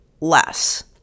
less